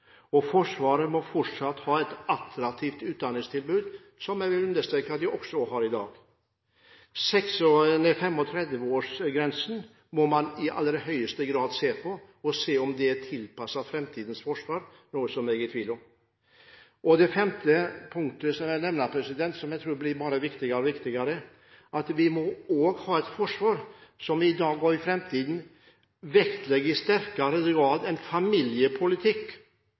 lønnssystemet. Forsvaret må fortsatt ha et attraktivt utdanningstilbud, som jeg vil understreke at det også har i dag. 35-årsgrensen må man i aller høyeste grad se på, for å se om den er tilpasset framtidens forsvar, noe som jeg er i tvil om. Vi må også ha et forsvar som i dag og i framtiden i sterkere grad vektlegger familiepolitikk